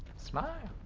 smile.